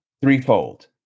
Threefold